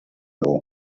dugu